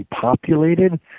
populated